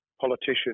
politician